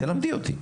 תלמדי אותי,